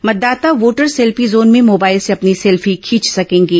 मतदाता voter selfie zone में mobile से अपनी सेल्फी खींच सकेंगे